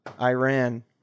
Iran